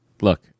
Look